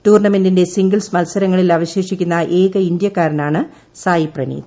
ടൂർണമെന്റിന്റെ singles മത്സരങ്ങളിൽ അവശേഷിക്കുന്ന ഏക ഇന്ത്യക്കാരനാണ് സായ് പ്രണീത്